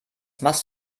machst